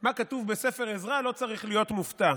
מה כתוב בספר עזרא לא צריך להיות מופתע.